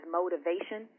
motivation